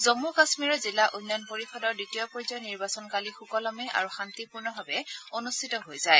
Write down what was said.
জম্মু কাশ্মীৰৰ জিলা উন্নয়ন পৰিষদৰ দ্বিতীয় পৰ্যায়ৰ নিৰ্বাচন কালি সুকলমে আৰু শান্তিপূৰ্ণভাৱে অনুষ্ঠিত হৈ যায়